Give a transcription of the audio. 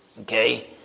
Okay